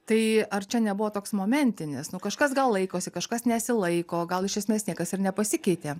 tai ar čia nebuvo toks momentinis nu kažkas gal laikosi kažkas nesilaiko o gal iš esmės niekas ir nepasikeitė